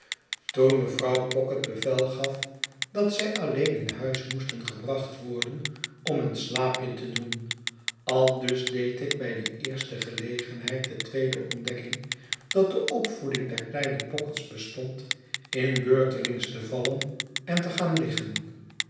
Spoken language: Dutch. toen mevrouw pocket bevel gaf dat zij alien in huis moesten gebracht worden om een slaapje te doen aldus deed ik bij die eerste gelegenheid de tweede ontdekking dat de opvoeding der kleine pockets bestond in beurtelings te vallen en te gaan liggen